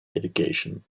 education